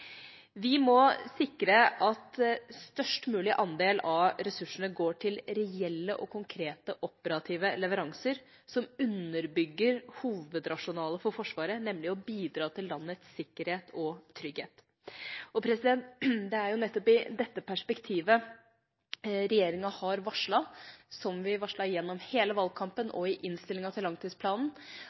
Vi må sikre at en størst mulig andel av ressursene går til reelle og konkrete operative leveranser som underbygger hovedrasjonalet for Forsvaret, nemlig å bidra til landets sikkerhet og trygghet. Det er nettopp i dette perspektivet regjeringa har varslet, som vi varslet gjennom hele valgkampen og i innstillingen til langtidsplanen,